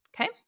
Okay